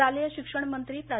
शालेय शिक्षण मंत्री प्रा